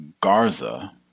Garza